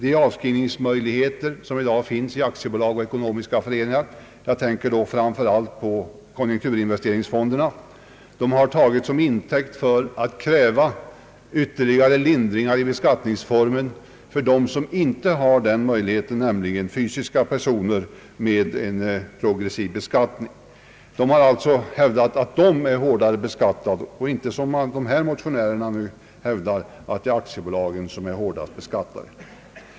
De avdragsmöjligheter som i dag finns för aktiebolag och ekonomiska föreningar — jag tänker då framför allt på konjunkturinvesteringsfonderna — har tagits som intäkt för att kräva ytterligare lindringar i beskattningsformen för dem som inte har den möjligheten, nämligen fysiska personer med progressiv beskattning. Det har alltså gjorts gällande att dessa är hårdare beskattade och inte, som motionärerna här hävdar, att det är aktiebolagen som är hårdast beskattade.